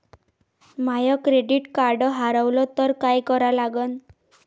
माय credit card हारवलं तर काय करा लागन?